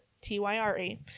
T-Y-R-E